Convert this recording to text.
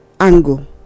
angle